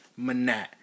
Manat